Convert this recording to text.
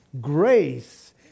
Grace